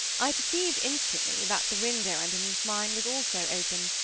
i perceived instantly that the window underneath mine was also open,